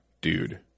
Dude